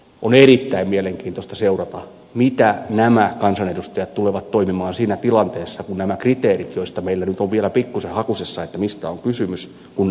on erittäin mielenkiintoista seurata miten nämä kansanedustajat tulevat toimimaan siinä tilanteessa kun nämä kriteerit joista meillä nyt on vielä pikkusen hakusessa mistä on kysymys ovat julkisia